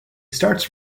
starts